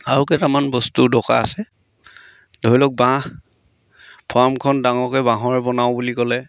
আৰু কেইটামান বস্তু দৰকাৰ আছে ধৰি লওক বাঁহ ফাৰ্মখন ডাঙৰকৈ বাঁহৰে বনাওঁ বুলি ক'লে